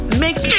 makes